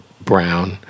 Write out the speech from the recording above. brown